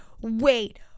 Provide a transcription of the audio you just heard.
Wait